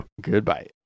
Goodbye